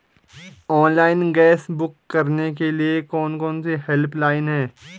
Online gas book करने के लिए कौन कौनसी हेल्पलाइन हैं?